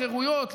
חירויות,